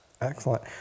Excellent